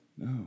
No